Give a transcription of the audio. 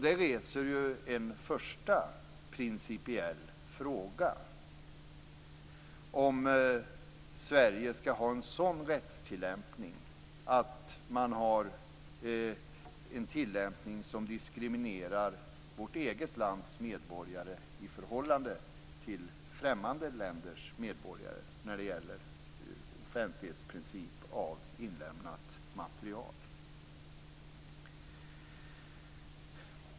Det reser en första principiell fråga om Sverige skall ha en sådan rättstillämpning att den diskriminerar vårt eget lands medborgare i förhållande till främmande länders medborgare när det gäller offentlighetsprincip och inlämnat material.